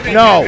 no